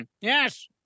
Yes